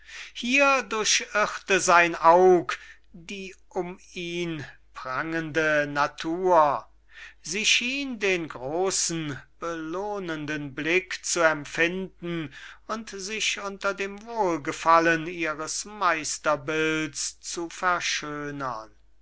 hier durchirrte sein aug die um ihn prangende gegend sie schien den großen belohnenden blick zu empfinden und sich unter dem wohlgefallen ihres meisterbilds zu verschönern